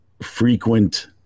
frequent